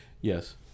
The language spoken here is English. Yes